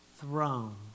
throne